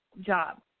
job